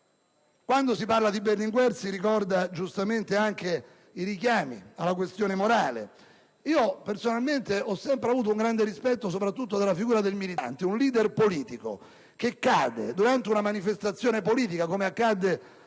Quando si parla di Berlinguer giustamente si ricordano anche i richiami alla questione morale. Personalmente ho sempre avuto un grande rispetto della figura del militante: un leader politico che cade durante una manifestazione politica, come accadde a